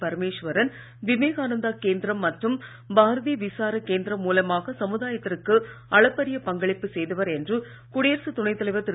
பரமேஸ்வரன் விவேகானந்தா கேந்திரம் மற்றும் பாரதீய விசார கேந்திரம் மூலமாக சமுதாயத்திற்கு அளப்பரிய பங்களிப்பு செய்தவர் என்று குடியரசுத் துணை தலைவர் திரு